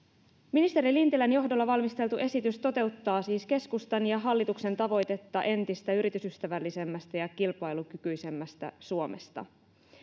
ministeri lintilän johdolla valmisteltu esitys toteuttaa siis keskustan ja hallituksen tavoitetta entistä yritysystävällisemmästä ja kilpailukykyisemmästä suomesta